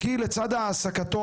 כי לצד העסקתו,